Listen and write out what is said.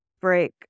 break